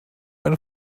eine